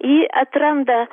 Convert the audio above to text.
ji atranda